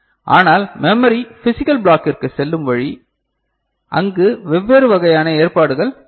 ஆனால் memory physical பிளாக்கிற்கு செல்லும் வழி அங்கு வெவ்வேறு வகையான ஏற்பாடுகள் இருக்கும்